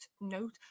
note